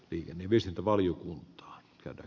herra puhemies